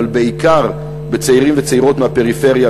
אבל בעיקר בצעירים וצעירות מהפריפריה,